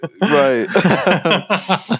right